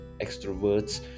extroverts